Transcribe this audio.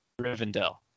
Rivendell